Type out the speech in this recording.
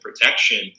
protection